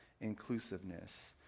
inclusiveness